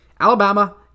Alabama